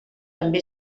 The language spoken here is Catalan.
també